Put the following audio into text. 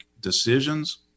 decisions